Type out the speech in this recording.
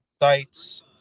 sites